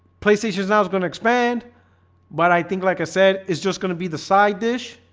playstations now is going to expand but i think like i said, it's just gonna be the side dish,